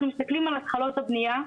אנחנו מסתכלים על התחלות הבנייה,